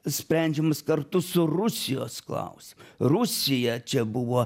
sprendžiamas kartu su rusijos klausimu rusija čia buvo